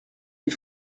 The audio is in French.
des